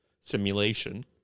simulation